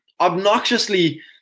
obnoxiously